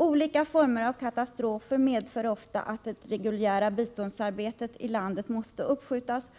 Olika former av katastrofer medför ofta att det reguljära biståndsarbetet i landet måste uppskjutas,